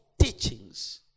teachings